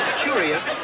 curious